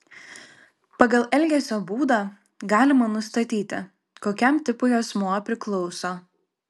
pagal elgesio būdą galima nustatyti kokiam tipui asmuo priklauso